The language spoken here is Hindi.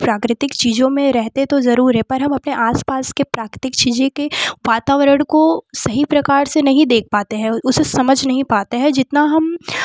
प्राकृतिक चीज़ों में रहते तो जरुर है पर हम अपने आस पास के प्राकृतिक चीज़ें के वातावरण को सही प्रकार से नहीं देख पाते हैं उसे समझ नहीं पाते हैं जितना हम